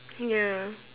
ya